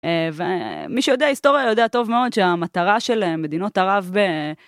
ומי שיודע היסטוריה יודע טוב מאוד שהמטרה של מדינות ערב.